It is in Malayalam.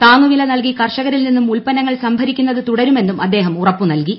താങ്ങുവില നൽകി കർഷകരിൽ നിന്നും ഉൽപ്പന്നങ്ങൾ സംഭരിക്കുന്നത് തുടരുമെന്നും അദ്ദേഹം ഉറപ്പു നൽകി